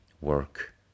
work